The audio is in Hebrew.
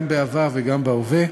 גם בעבר וגם בהווה,